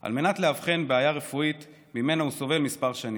על מנת לאבחן בעיה רפואית שממנה הוא סובל כמה שנים.